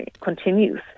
continues